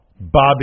Bobby